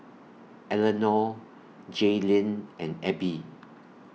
Elenor Jaylynn and Abie